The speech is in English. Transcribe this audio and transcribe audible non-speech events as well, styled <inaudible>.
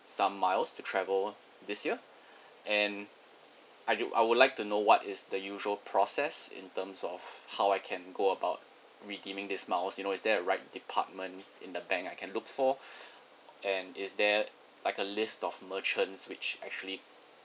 some miles to travel this year and I~ I would like to know what is the usual process in terms of how I can go about redeeming these miles you know is there a right department in the bank I can look for <breath> and is there like a list of merchant which actually